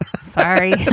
sorry